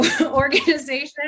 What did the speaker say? organization